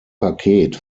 paket